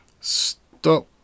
stop